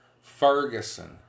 Ferguson